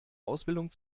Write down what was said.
ausbildung